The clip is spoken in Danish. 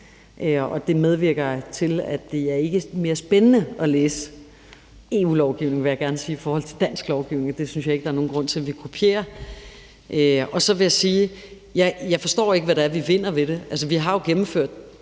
det medvirker ikke til at gøre det mere spændende at læse EU-lovgivning, vil jeg gerne sige, i forhold til dansk lovgivning, så det synes jeg ikke der er nogen grund til at vi kopierer. Så vil jeg sige, at jeg ikke forstår, hvad det er, vi vinder ved det. Altså, vi har jo gennemført